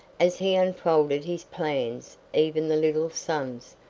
as he unfolded his plans even the little sons,